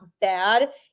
bad